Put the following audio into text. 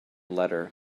letter